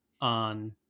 on